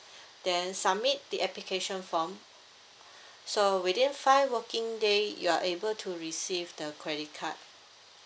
then submit the application form so within five working day you are able to receive the credit card